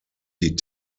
die